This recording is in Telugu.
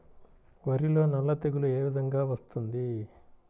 వరిలో సల్ల తెగులు ఏ విధంగా వస్తుంది?